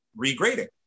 regrading